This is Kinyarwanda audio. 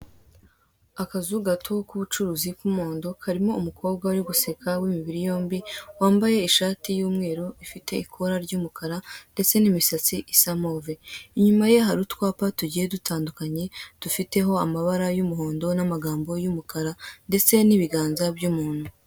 Akazu gato k'ubucuruzi k'umuhondo, karimo umukobwa uri guseka w'imibiri yombi, wambaye ishati y'umweru ifite ikora ry'umukara ndetse n'imisatsi isa move, inyuma ye hari utwapa tugiye dutandukanye, dufiteho amabara y'umuhondo n'amagambo y'umukara ndetse n'ibiganza by'umuntu.